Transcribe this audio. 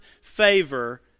favor